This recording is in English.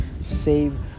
save